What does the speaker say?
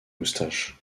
moustache